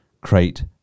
create